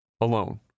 alone